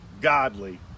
godly